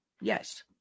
yes